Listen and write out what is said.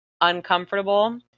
uncomfortable